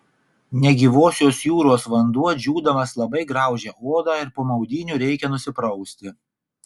negyvosios jūros vanduo džiūdamas labai graužia odą ir po maudynių reikia nusiprausti